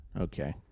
Okay